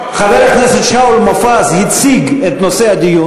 חבר הכנסת שאול מופז הציג את נושא הדיון.